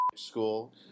School